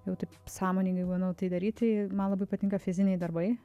jau taip sąmoningai manau tai daryti man labai patinka fiziniai darbai